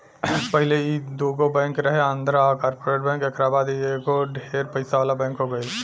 पहिले ई दुगो बैंक रहे आंध्रा आ कॉर्पोरेट बैंक एकरा बाद ई एगो ढेर पइसा वाला बैंक हो गईल